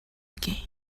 again